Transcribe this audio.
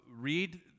read